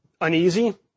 uneasy